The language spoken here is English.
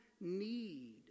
need